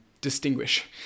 distinguish